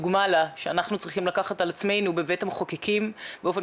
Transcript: מספר לנו ומאתגר אותנו לדון בנושאים ובאתגרים